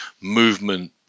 movement